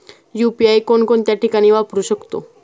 UPI कोणकोणत्या ठिकाणी वापरू शकतो?